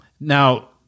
Now